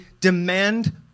demand